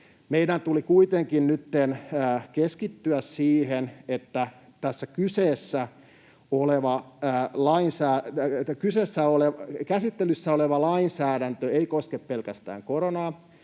Meidän tuli kuitenkin nytten keskittyä siihen, että tässä käsittelyssä oleva lainsäädäntö ei koske pelkästään koronaa